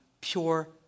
pure